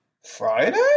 Friday